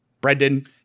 Brendan